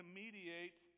mediate